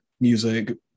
music